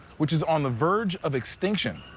which is on the verge of extinction.